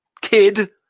kid